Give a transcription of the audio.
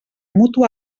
mutu